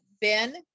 Ben